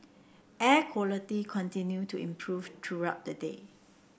air quality continue to improve throughout the day